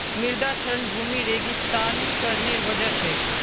मृदा क्षरण भूमि रेगिस्तानीकरनेर वजह छेक